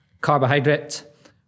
carbohydrate